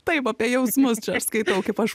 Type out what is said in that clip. taip apie jausmus aš skaitau kaip aš